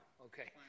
Okay